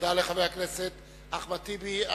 תודה לחבר הכנסת אחמד טיבי.